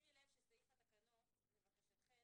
שימי לב שסעיף התקנות לבקשתכם